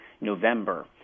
November